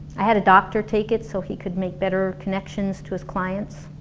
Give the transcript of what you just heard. i had a doctor take it so he could make better connections to his clients